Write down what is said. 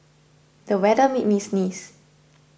the weather made me sneeze